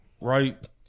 right